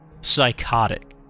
psychotic